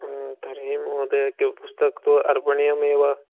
तर्हि महोदय कि पुस्तकं तु अर्पणीयमेव